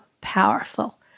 powerful